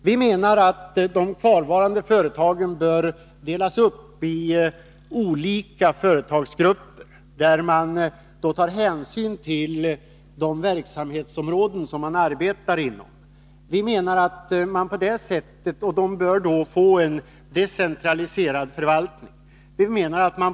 Vi menar att de kvarvarande företagen bör delas upp i olika företagsgrupper med hänsyn till de verksamhetsområden som företagen arbetar inom. Dessa bör då få en decentraliserad förvaltning.